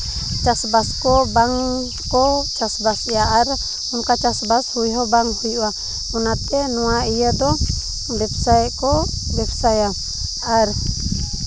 ᱪᱟᱥᱼᱵᱟᱥ ᱠᱚ ᱵᱟᱝ ᱠᱚ ᱪᱟᱥᱼᱵᱟᱥ ᱜᱮᱭᱟ ᱟᱨ ᱚᱱᱠᱟ ᱪᱟᱥᱵᱟᱥ ᱦᱩᱭ ᱦᱚᱸ ᱵᱟᱝ ᱦᱩᱭᱩᱜᱼᱟ ᱚᱱᱟᱛᱮ ᱱᱚᱣᱟ ᱤᱭᱟᱹ ᱫᱚ ᱵᱮᱵᱽᱥᱟ ᱜᱮᱠᱚ ᱵᱮᱵᱽᱥᱟᱭᱟ ᱟᱨ